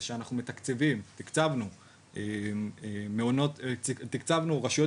זה שאנחנו מתקצבים או יותר נכון תקצבנו רשויות